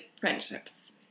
friendships